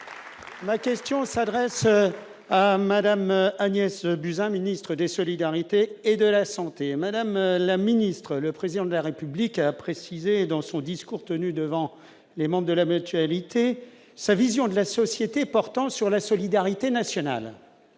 Ma question s'adresse à Mme Agnès Buzyn, ministre des solidarités et de la santé. Madame la ministre, le Président de la République a précisé dans son discours tenu devant les membres de la Mutualité sa vision de la société en termes de solidarité nationale.